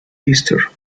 easter